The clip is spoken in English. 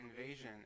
Invasion